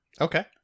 Okay